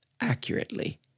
accurately